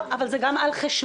לא, אבל זה גם על חשבונו.